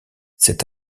cette